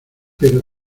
pero